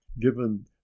given